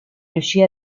riuscì